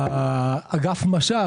אגף מש"ב